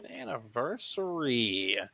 anniversary